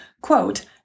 quote